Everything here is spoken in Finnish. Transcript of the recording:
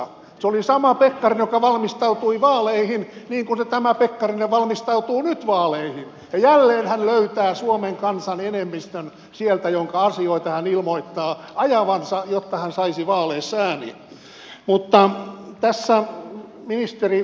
se oli sama pekkarinen joka valmistautui vaaleihin niin kuin tämä pekkarinen valmistautuu nyt vaaleihin ja jälleen hän löytää suomen kansan enemmistön jonka asioita hän ilmoittaa ajavansa jotta hän saisi vaaleissa ääniä